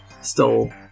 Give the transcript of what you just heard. stole